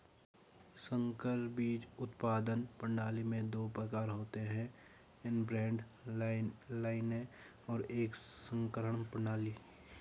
संकर बीज उत्पादन प्रणाली में दो प्रकार होते है इनब्रेड लाइनें और एक संकरण प्रणाली